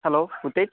hello Uttej